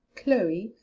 chloe.